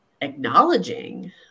acknowledging